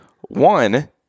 One